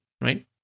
right